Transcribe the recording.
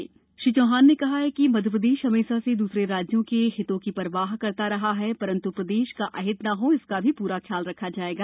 मुख्यमंत्री श्री चौहान ने कहा कि मध्यप्रदेश हमेशा से दूसरे राज्यों के हितों की परवाह करता रहा है परंतु प्रदेश का अहित न हो इसका भी पूरा ध्यान रखा जाएगा